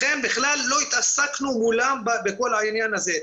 לכן בכלל לא התעסקנו מולם בכל העניין הזה.